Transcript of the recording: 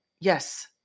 Yes